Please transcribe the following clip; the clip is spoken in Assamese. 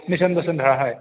মিছন বসুন্ধৰা হয়